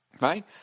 Right